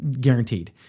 guaranteed